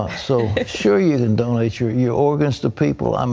um so sure, you can donate your your organs to people, um